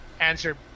answer